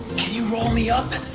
can you roll me up?